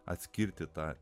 atskirti tą